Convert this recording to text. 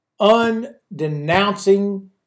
undenouncing